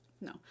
no